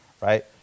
right